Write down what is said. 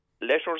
Letters